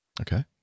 Okay